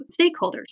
stakeholders